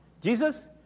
Jesus